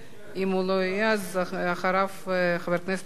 אם הוא לא יהיה, אחריו, חבר הכנסת מאיר שטרית.